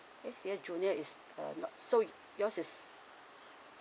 A_C_S junior is uh not so yours is